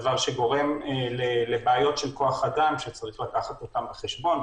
דבר שגורם לבעיות של כוח אדם שצריך לקחת אותן בחשבון.